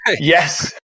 Yes